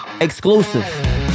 Exclusive